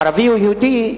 ערבי או יהודי,